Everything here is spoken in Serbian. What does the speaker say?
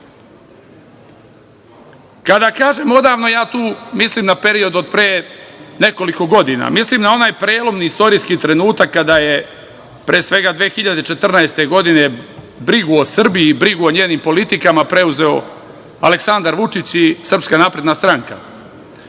kažem odavno tu mislim na period od pre nekoliko godina, mislim na onaj prelomni istorijski trenutak kada je 2014. godine brigu o Srbiji i brigu o njenim politikama preuzeo Aleksandar Vučić i SNS. Bio je to